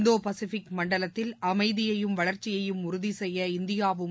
இந்தோ Pacific மண்டலத்தில் அமைதியையும் வளர்ச்சியையும் உறுதி செய்ய இந்தியாவும்